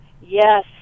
Yes